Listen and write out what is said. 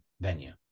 venue